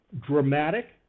dramatic